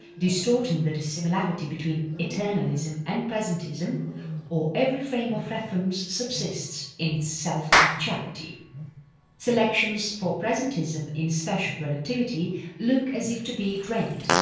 distorting the dissimilarity between eternalism and presentism or every frame of reference subsists in its self-actuality. selections for presentism in special relativity look as if to be drained,